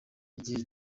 igihe